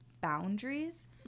boundaries